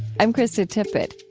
i'm krista tippett.